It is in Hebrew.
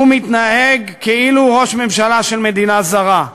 הוא מתנהג כאילו הוא ראש ממשלה של מדינה זרה,